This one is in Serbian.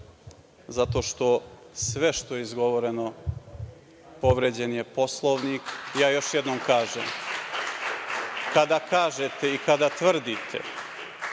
zato što sve što je izgovoreno, povređen je Poslovnik. Ja još jednom kažem, kada kažete i kada tvrdite